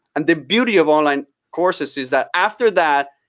and the beauty of online courses is that after that,